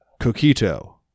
Coquito